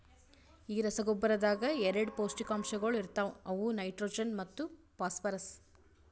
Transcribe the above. ಈ ರಸಗೊಬ್ಬರದಾಗ್ ಎರಡ ಪೌಷ್ಟಿಕಾಂಶಗೊಳ ಇರ್ತಾವ ಅವು ನೈಟ್ರೋಜನ್ ಮತ್ತ ಫಾಸ್ಫರ್ರಸ್